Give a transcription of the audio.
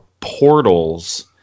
portals